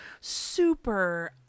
super